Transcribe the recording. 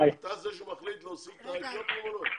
אתה זה שמחליט להוסיף את האתיופים או לא?